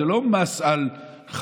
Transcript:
זה לא מס על חרדים,